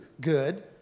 good